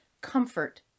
comfort